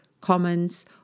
comments